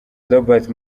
robert